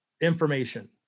information